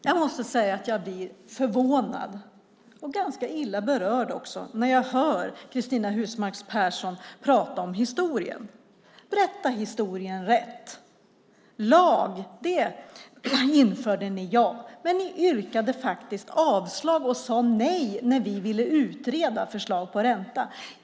Fru talman! Jag blir förvånad och också ganska illa berörd när jag hör Cristina Husmark Pehrsson tala om historien. Berätta historien rätt! Ni införde en lag, men ni yrkade faktiskt avslag och sade nej när vi ville utreda förslag om ränta.